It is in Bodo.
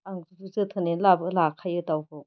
आं जोथोनैनो लाखायो दाउखौ